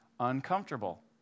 Uncomfortable